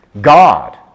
God